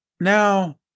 Now